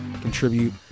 contribute